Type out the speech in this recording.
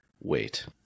wait